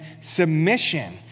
submission